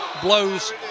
blows